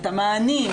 את המענים,